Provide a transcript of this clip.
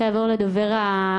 אני רוצה לעבור לדובר האחרון,